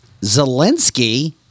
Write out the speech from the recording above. Zelensky